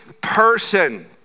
person